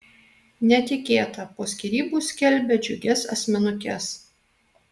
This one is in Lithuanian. netikėta po skyrybų skelbia džiugias asmenukes